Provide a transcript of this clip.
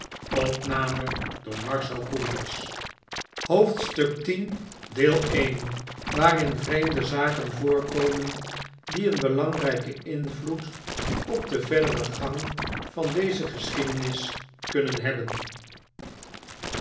waarin vreemde zaken voorkomen die een belangrijken invloed op den verderen gang van deze geschiedenis kunnen hebben